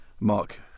Mark